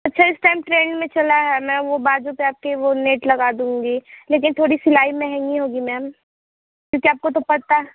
अच्छा इस time trend में चला है ना वो बाज़ू पे आपके वो नेट लगा दूँगी लेकिन थोड़ी सिलाई महँगी होगी मैम क्योंकि आपको तो पता है